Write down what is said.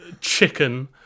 chicken